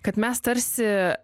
kad mes tarsi